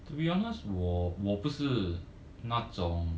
to be honest 我我不是那种